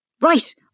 Right